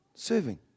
Serving